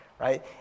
right